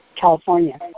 California